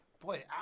boy